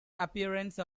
appearance